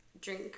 drink